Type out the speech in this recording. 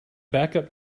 backup